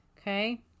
Okay